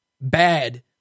Bad